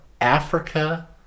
Africa